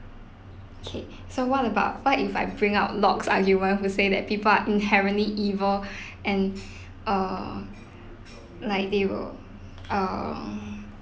okay so what about what if I bring out locke's argument who say that people are inherently evil and err like they will um